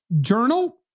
journal